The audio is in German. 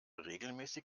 regelmäßig